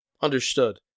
Understood